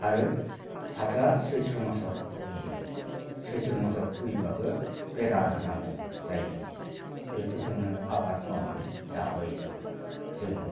आरो फाथोआ सैथ्र' मासाव खुबैयो सैथ्र' मासाव खुबैबाबो बेरा होनांगौ जायो बेफोरजोंनो आबाद मावनानै जाबोयोमोन जोङो